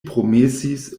promesis